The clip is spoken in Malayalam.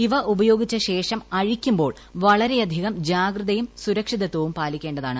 ഇവ ഉപയോഗിച്ച ശേഷം അഴിക്കുമ്പോൾ വളരെയധികം ജാഗ്രതയും സുരക്ഷിതത്വവും പാലിക്കേണ്ടതാണ്